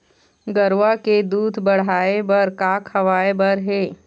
गरवा के दूध बढ़ाये बर का खवाए बर हे?